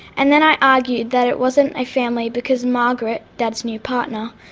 and then i argued that it wasn't my family because margaret, dad's new partner,